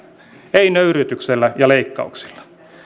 ei nöyryytyksellä ja leikkauksilla